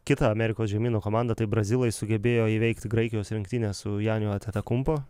kita amerikos žemyno komanda taip brazilai sugebėjo įveikti graikijos rinktinę su janiu antetakumpo